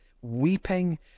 weeping